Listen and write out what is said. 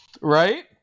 Right